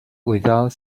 without